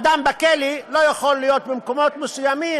אדם בכלא לא יכול להיות במקומות מסוימים,